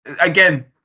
again